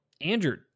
andrew